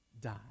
die